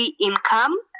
income